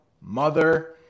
mother